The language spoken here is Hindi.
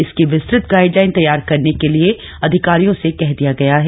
इसकी विस्तृत गाइडलाइन तैयार करने के लिये अधिकारियों से कह दिया गया है